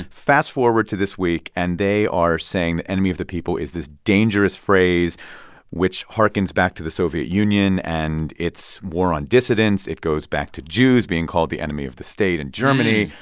fast forward to this week, and they are saying the enemy of the people is this dangerous phrase which harkens back to the soviet union and its war on dissidents it goes back to jews being called the enemy of the state in germany.